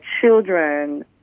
children